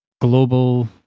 global